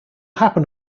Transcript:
happen